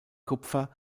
kupfer